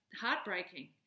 heartbreaking